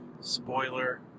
spoiler